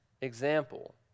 example